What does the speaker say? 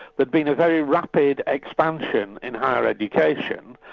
but been a very rapid expansion in higher education.